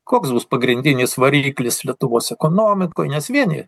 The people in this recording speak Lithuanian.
koks bus pagrindinis variklis lietuvos ekonomikoj nes vieni